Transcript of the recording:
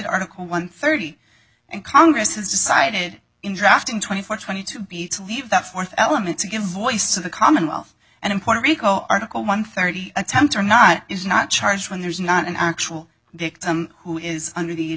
article one thirty and congress has decided in drafting twenty four twenty two b to leave that fourth element to give voice to the commonwealth an important article one thirty attempt or not is not charged when there is not an actual who is under the age